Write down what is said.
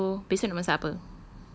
okay so besok nak masak apa